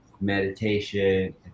meditation